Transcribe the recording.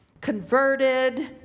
converted